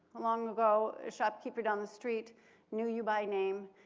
long ago, a shopkeeper down the street knew you by name.